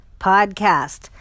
podcast